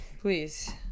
Please